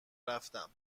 رفتم